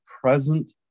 present